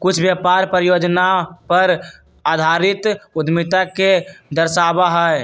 कुछ व्यापार परियोजना पर आधारित उद्यमिता के दर्शावा हई